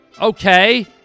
Okay